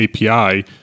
API